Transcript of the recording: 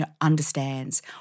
understands